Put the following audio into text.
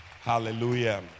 Hallelujah